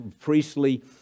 priestly